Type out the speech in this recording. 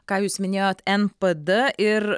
ką jūs minėjot npd ir